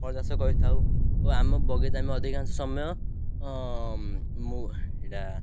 ଫଳ ଚାଷ କରିଥାଉ ଓ ଆମ ବଗିଚା ଆମେ ଅଧିକାଂଶ ସମୟ ମୁଁ ଏଟା